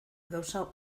gauza